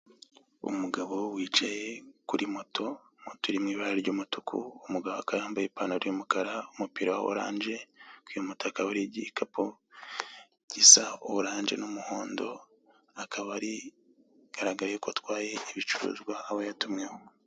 Umugabo wicaye kuri moto, moto iri mu ibara ry'umutuku, umugabo akaba yambaye ipantaro y'umukara umupira wa oranje kuri iyo moto hakaba hariho igikapu gisa oranje n'umuhondo akaba ari garayaye ko atwaye ibicuruzwa abayatumweho.